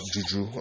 Juju